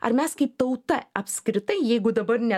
ar mes kaip tauta apskritai jeigu dabar ne